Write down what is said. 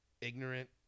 ignorant